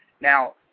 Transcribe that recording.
Now